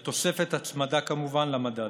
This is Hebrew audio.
כמובן בתוספת הצמדה למדד.